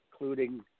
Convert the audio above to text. including